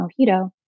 Mojito